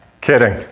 Kidding